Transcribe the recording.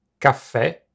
Caffè